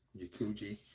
Yakuji